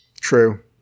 True